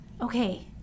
okay